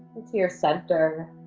into your center,